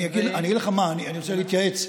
אני אגיד לך מה, אני רוצה להתייעץ.